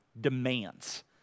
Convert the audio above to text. demands